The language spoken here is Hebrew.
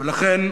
ולכן,